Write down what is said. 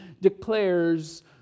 declares